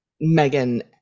Megan